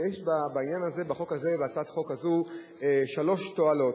ויש בעניין הזה, בהצעת החוק הזאת, שלוש תועלות.